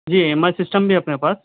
G E M I system بھی ہے اپنے پاس